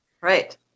Right